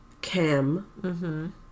cam